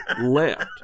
left